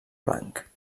blanc